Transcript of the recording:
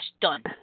Done